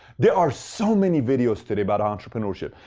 there are so many videos today about entrepreneurship.